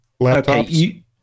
laptops